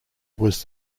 was